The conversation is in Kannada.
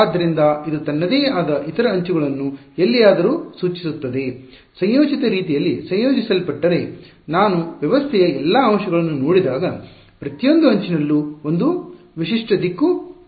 ಆದ್ದರಿಂದ ಇದು ತನ್ನದೇ ಆದ ಇತರ ಅಂಚುಗಳನ್ನು ಎಲ್ಲಿಯಾದರೂ ಸೂಚಿಸುತ್ತದೆ ಸಂಯೋಜಿತ ರೀತಿಯಲ್ಲಿ ಸಂಯೋಜಿಸಲ್ಪಟ್ಟರೆ ನಾನು ವ್ಯವಸ್ಥೆಯ ಎಲ್ಲಾ ಅಂಶಗಳನ್ನು ನೋಡಿದಾಗ ಪ್ರತಿಯೊಂದು ಅಂಚಿನಲ್ಲೂ ಒಂದು ವಿಶಿಷ್ಟ ದಿಕ್ಕು ಇರುತ್ತದೆ